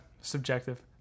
subjective